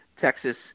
Texas